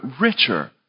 richer